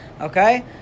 okay